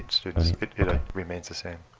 students. it ah remains the same.